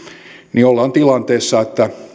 niin ollaan tilanteessa että